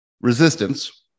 resistance